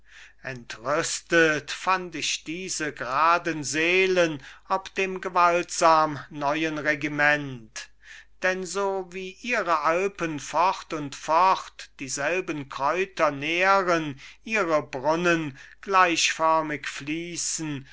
entrüstet fand ich diese graden seelen ob dem gewaltsam neuen regiment denn so wie ihre alpen fort und fort dieselben kräuter nähren ihre brunnen gleichförmig fliessen